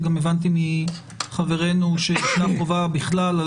גם הבנתי מחברנו שישנה חובה בכלל על